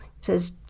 says